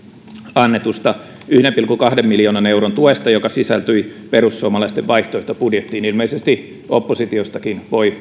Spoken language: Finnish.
annetusta yhden pilkku kahden miljoonan euron tuesta joka sisältyi perussuomalaisten vaihtoehtobudjettiin ilmeisesti oppositiostakin voi